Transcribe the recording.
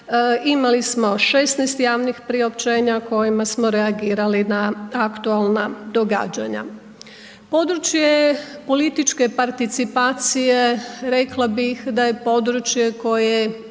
imali smo 16 javnih priopćenja kojima smo reagirali na aktualna događanja. Područje političke participacije rekla bih da je područje koje